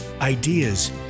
ideas